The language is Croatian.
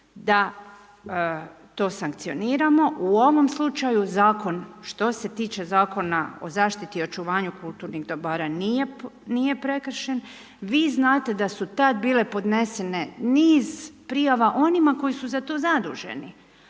da to sankcioniramo, u ovom slučaju što se tiče zakona o zaštiti i očuvanju kulturnih dobara, nije prekršen. Vi znate da su tada bile podnesene niz prijava onima koji su za to zaduženi.